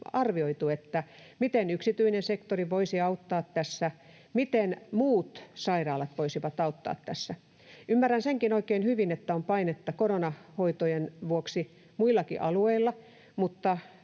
miten yksityinen sektori voisi auttaa tässä, miten muut sairaalat voisivat auttaa tässä? Ymmärrän senkin oikein hyvin, että on painetta koronahoitojen vuoksi muillakin alueilla, mutta